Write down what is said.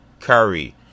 Curry